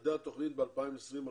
יעדי התוכנית ב-2025-2020.